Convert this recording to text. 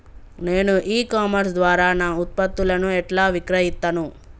నేను e commerce ద్వారా నా ఉత్పత్తులను ఎట్లా విక్రయిత్తను?